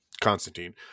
Constantine